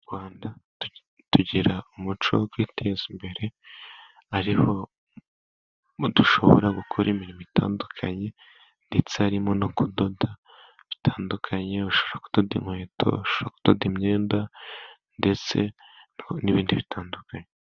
Mu Rwanda tugira umuco wo kwiteza imbere, harimo dushobora gukora imirimo itandukanye ,ndetse harimo no kudoda bitandukanye: ushobora kudoda inkweto, ushoboran kudoda imyenda ,ndetse n'ibindi bitandukanye.